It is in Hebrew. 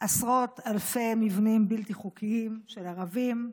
עשרות אלפי מבנים בלתי חוקיים של ערבים,